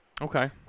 Okay